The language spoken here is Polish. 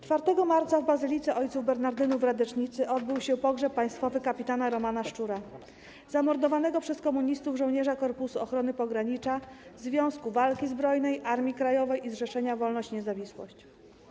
4 marca w bazylice oo. bernardynów w Radecznicy odbył się pogrzeb państwowy kapitana Romana Szczura, zamordowanego przez komunistów żołnierza Korpusu Ochrony Pogranicza, Związku Walki Zbrojnej, Armii Krajowej i Zrzeszenia Wolność i Niezawisłość.